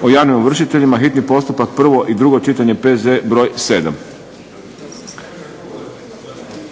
zastupnika HSU-a hitni postupak, prvo i drugo čitanje P.Z. br. 7.